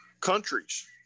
countries